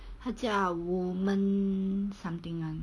他叫 woman something [one]